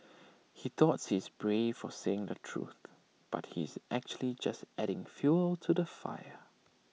he thought he's brave for saying the truth but he's actually just adding fuel to the fire